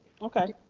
okay.